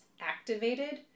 activated